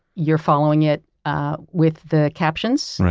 you're following it ah with the captions?